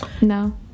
No